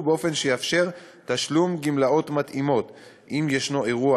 באופן שיאפשר תשלום גמלאות מתאימות אם ישנו אירוע